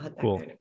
cool